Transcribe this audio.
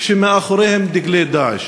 שמאחוריהם דגלי 'דאעש'".